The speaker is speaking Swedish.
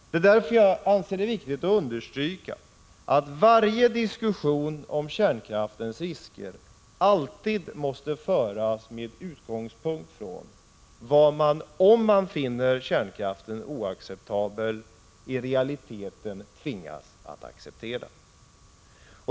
Därför anser jag att det är viktigt att understryka att varje diskussion om kärnkraftens risker alltid måste föras med utgångspunkt i vad man — om man nu finner kärnkraften oacceptabel — i realiteten tvingas acceptera.